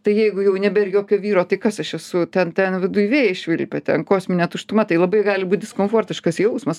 tai jeigu jau nebėr jokio vyro tai kas aš esu ten ten viduj vėjai švilpia ten kosminė tuštuma tai labai gali būt diskomfortiškas jausmas